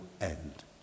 end